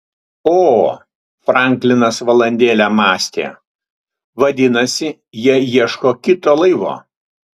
o franklinas valandėlę mąstė vadinasi jie ieško kito laivo